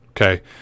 Okay